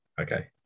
Okay